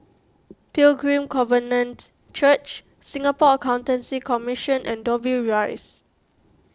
Pilgrim Covenant Church Singapore Accountancy Commission and Dobbie Rise